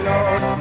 Lord